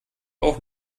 auch